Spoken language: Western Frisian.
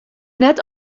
net